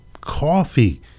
coffee